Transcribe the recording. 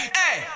hey